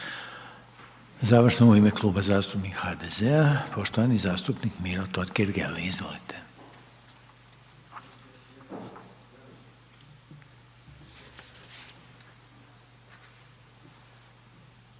Završno u ime Kluba zastupnika HDZ-a poštovani zastupnik Miro Totgergeli, izvolite.